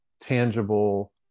tangible